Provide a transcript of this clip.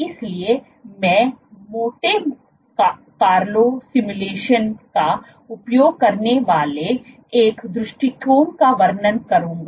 इसलिए मैं Monte Carlo simulation का उपयोग करने वाले एक दृष्टिकोण का वर्णन करूंगा